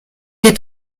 est